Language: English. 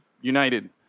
united